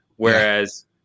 Whereas